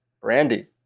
Brandy